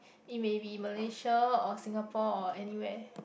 it may be Malaysia or Singapore or anywhere